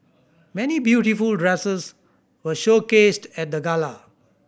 many beautiful dresses were showcased at the gala